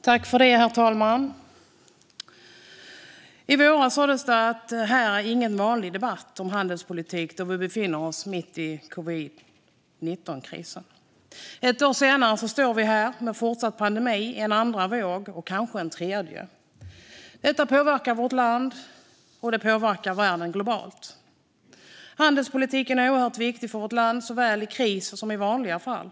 Herr talman! I våras sas det att det inte var någon vanlig debatt om handelspolitiken då vi befann oss mitt i covid-19-krisen. Ett år senare står vi här med en fortsatt pandemi i en andra våg och kanske en tredje. Detta påverkar vårt land, och det påverkar världen globalt. Handelspolitiken är oerhört viktig för vårt land, såväl i kris som i vanliga fall.